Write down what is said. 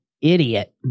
idiot